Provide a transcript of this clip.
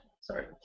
Sorry